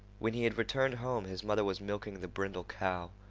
when he had returned home his mother was milking the brindle cow.